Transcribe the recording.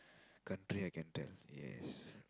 country I can tell yes